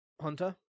Hunter